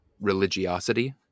religiosity